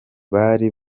bari